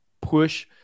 push